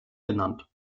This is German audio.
genannt